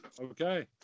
Okay